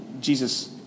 Jesus